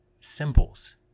symbols